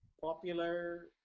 popular